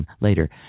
later